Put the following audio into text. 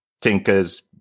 Tinkers